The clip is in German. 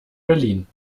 berlin